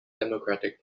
democratic